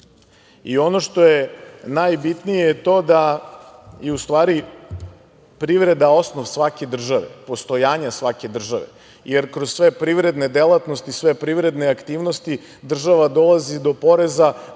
Ono što je najbitnije je to da je u stvari privreda osnov svake države, postojanje svake države, jer kroz sve privredne delatnosti, sve privredne aktivnosti država dolazi do poreza